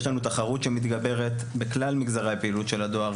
יש לנו תחרות שמתגברת בכלל מגזרי הפעילות של הדואר,